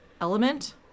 element